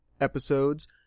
Episodes